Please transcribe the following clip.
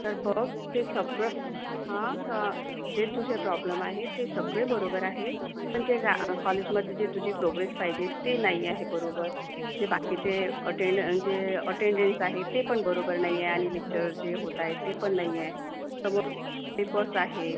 तर बघ ते सगळं जे तुझे प्रॉब्लेम आहे ते सगळे बरोबर आहे पण जे जा कॉलेजमध्ये जी तुझी प्रोग्रेस पाहिजे ती नाही आहे बरोबर ते बाकीचे अटेंडन जे अटेंडेन्स आहेत ते पण बरोबर नाही आहे आणि लेक्चर्स जे होत आहेत ते पण नाही आहे समोर पेपर्स आहे